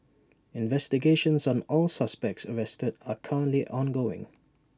investigations on all suspects arrested are currently ongoing